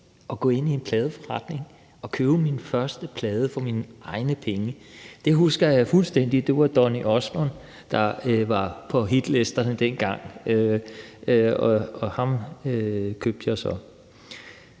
og gå ind i en pladeforretning og købe min første plade for mine egne penge. Det husker jeg fuldstændig. Det var Donny Osmond, der var på hitlisterne dengang, og ham købte jeg så.